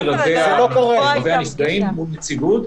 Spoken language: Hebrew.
--- זה נציגות,